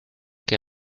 que